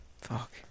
Fuck